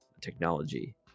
technology